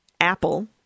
Apple